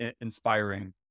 inspiring